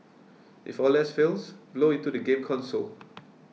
if all less fails blow into the game console